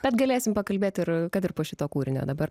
bet galėsim pakalbėti ir kad ir po šito kūrinio dabar